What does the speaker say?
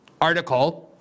article